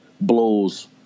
Blows